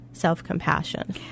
self-compassion